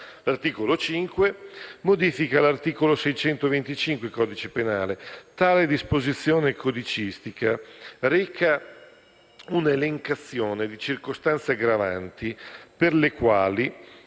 L'articolo 5 modifica l'articolo 625 del codice penale. Tale disposizione codicistica reca una elencazione di circostanze aggravanti per le quali